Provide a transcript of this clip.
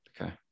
okay